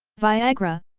viagra,